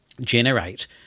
generate